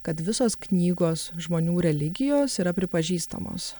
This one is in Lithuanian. kad visos knygos žmonių religijos yra pripažįstamos